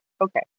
okay